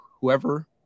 Whoever